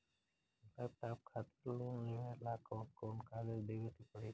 Laptop खातिर loan लेवे ला कौन कौन कागज देवे के पड़ी?